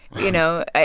you know.